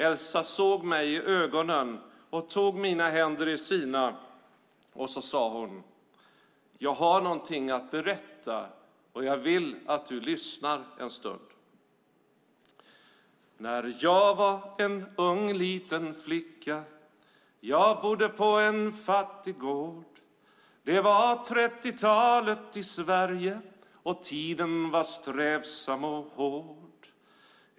Elsa såg mig i ögonen och tog mina händer i sina. Och så sade hon: Jag har någonting att berätta, och jag vill att du lyssnar en stund. När jag var en ung liten flicka jag bodde på en fattig gård. Det var trettiotalet i Sverige och tiden var strävsam och hård.